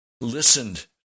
listened